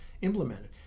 implemented